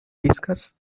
discussed